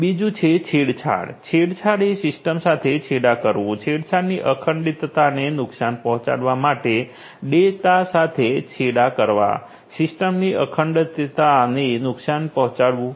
બીજું છે છેડછાડ છેડછાડ એટલે સિસ્ટમ સાથે છેડાં કરવું ડેટાની અખંડિતતાને નુકસાન પહોંચાડવા માટે ડેટા સાથે છેડાં કરવા સિસ્ટમની અખંડિતતાને નુકસાન પહોંચાડવું